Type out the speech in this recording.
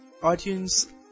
iTunes